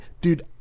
dude